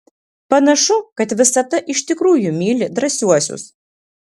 panašu kad visata iš tikrųjų myli drąsiuosius